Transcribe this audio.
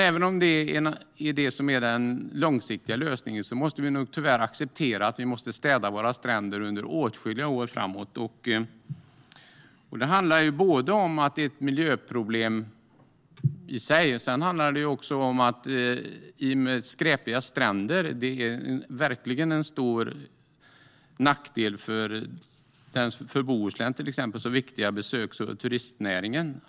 Trots detta måste vi nog tyvärr acceptera att vi måste städa våra stränder under åtskilliga år framöver. Skräpiga stränder är inte bara ett miljöproblem i sig, utan det är verkligen en stor nackdel för till exempel Bohusläns så viktiga besöks och turistnäring.